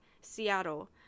Seattle